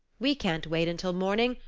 we can't wait until morning,